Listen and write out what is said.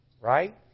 Right